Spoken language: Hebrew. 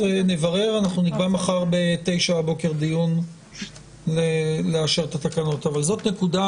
אז נברר ונקבע מחר בתשע בבוקר דיון לאשר את התקנות אבל זאת נקודה